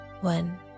One